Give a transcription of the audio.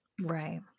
Right